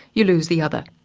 you lose the other.